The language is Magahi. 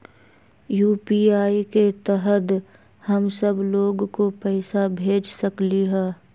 यू.पी.आई के तहद हम सब लोग को पैसा भेज सकली ह?